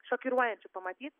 šokiruojančių pamatyt